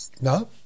No